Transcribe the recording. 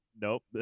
nope